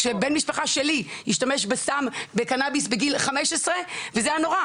כשבן משפחה שלי השתמש בסם הקנאביס בגיל 15 וזה היה נורא,